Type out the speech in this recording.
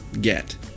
get